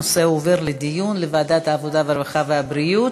הנושא עובר לדיון בוועדת העבודה, הרווחה והבריאות.